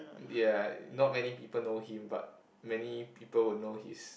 yeah not many people know him but many people will know his